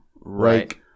Right